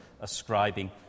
ascribing